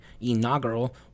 inaugural